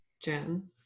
Jen